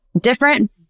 different